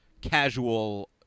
casual